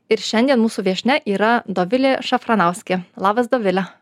ir šiandien mūsų viešnia yra dovilė šafranauskė labas dovile